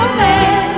man